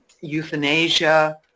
euthanasia